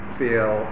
feel